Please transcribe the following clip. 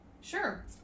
Sure